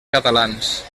catalans